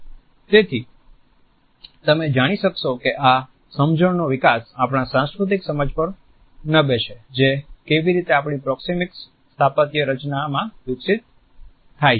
તેથી તમે જાણી શકશો કે આ સમજણ નો વિકાસ આપણા સાંસ્કૃતિક સમજ પર નભે છે કે કેવી રીતે આપણી પ્રોક્સિમીક્સ સ્થાપત્ય રચનાઓમાં વિકસિત થાય છે